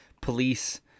police